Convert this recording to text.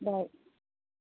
bye